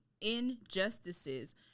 injustices